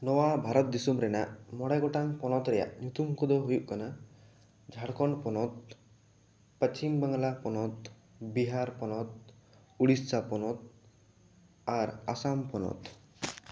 ᱱᱚᱣᱟ ᱵᱷᱟᱨᱚᱛ ᱫᱤᱥᱚᱢ ᱨᱮᱭᱟᱜ ᱢᱚᱬᱮ ᱜᱚᱴᱟᱜ ᱯᱚᱱᱚᱛ ᱨᱮᱭᱟᱜ ᱧᱩᱛᱩᱢ ᱠᱚᱫᱚ ᱦᱩᱭᱩᱜ ᱠᱟᱱᱟ ᱡᱷᱟᱲᱠᱷᱚᱸᱰ ᱯᱚᱱᱚᱛ ᱯᱚᱪᱷᱤᱢ ᱵᱟᱝᱞᱟ ᱯᱚᱱᱚᱛ ᱵᱤᱦᱟᱨ ᱯᱚᱱᱟᱛ ᱳᱲᱤᱥᱟ ᱯᱚᱱᱚᱛ ᱟᱨ ᱟᱥᱟᱢ ᱯᱚᱱᱚᱛ